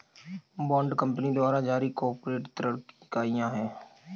bond company द्वारा जारी corporate ऋण की इकाइयां हैं